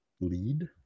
lead